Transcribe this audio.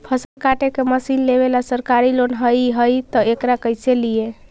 फसल काटे के मशीन लेबेला सरकारी लोन हई और हई त एकरा कैसे लियै?